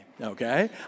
okay